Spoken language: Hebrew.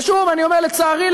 ושוב אני אומר: לצערי,